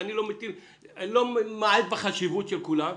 ואני לא ממעט בחשיבות של כולם,